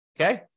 Okay